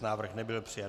Návrh nebyl přijat.